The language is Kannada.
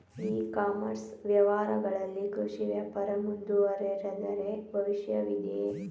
ಇ ಕಾಮರ್ಸ್ ವ್ಯವಹಾರಗಳಲ್ಲಿ ಕೃಷಿ ವ್ಯಾಪಾರ ಮುಂದುವರಿದರೆ ಭವಿಷ್ಯವಿದೆಯೇ?